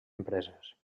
empreses